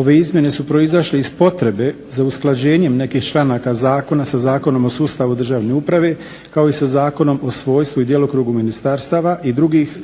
Ove izmjene su proizašle iz potrebe za usklađenjem nekih članaka zakona sa Zakonom o sustavu državne uprave kao i sa Zakonom o u svojstvu i djelokrugu ministarstava i drugih